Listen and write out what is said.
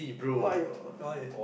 what you what you